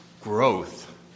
growth